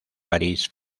parís